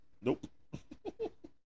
Nope